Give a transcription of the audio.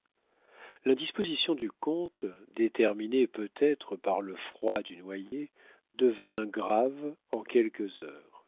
la possession l'indisposition du comte déterminée peut-être par le froid du noyer devint grave en quelques heures